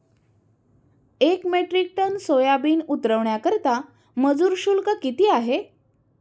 एक metric ton soybean उतरवण्याकरता मजूर शुल्क किती आहे?